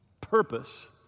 purpose